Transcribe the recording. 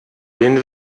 den